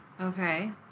Okay